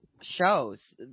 shows